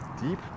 deep